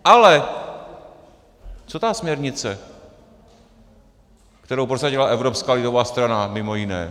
Ale co ta směrnice, kterou prosadila evropská lidová strana mimo jiné?